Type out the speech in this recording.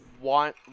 want